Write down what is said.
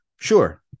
Sure